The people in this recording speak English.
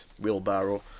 wheelbarrow